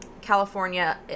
California